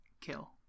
kill